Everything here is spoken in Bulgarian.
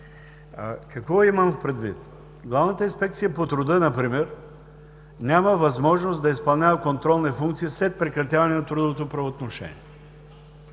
Какво имам предвид? Главната инспекция по труда например няма възможност да изпълнява контролни функции след прекратяване на трудовото правоотношение.